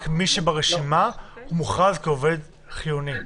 רק מי שברשימה מוכרז כעובד חיוני.